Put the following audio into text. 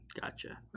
Gotcha